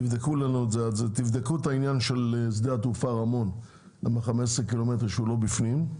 תבדקו את העניין של שדה התעופה רמון עם ה- 15 קילומטר שהוא לא בפנים.